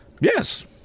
Yes